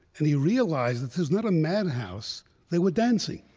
and he realized that it was not a madhouse they were dancing.